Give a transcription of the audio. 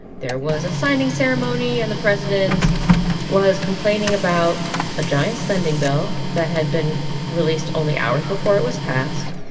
there was a signing ceremony. and the president was complaining about a giant spending bill that had been released only hours before it was passed.